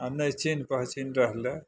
आ नहि चीन्ह पहचीन्ह रहलै